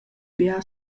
bia